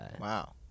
wow